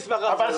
נשמח לעזור לך.